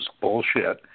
bullshit